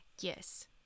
Yes